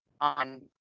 on